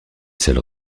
seules